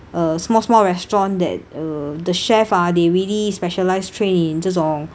uh small small restaurant that uh the chef ah they really specialise train in 这种